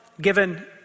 Given